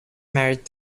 married